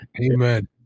amen